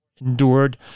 endured